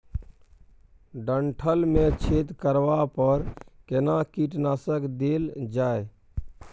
डंठल मे छेद करबा पर केना कीटनासक देल जाय?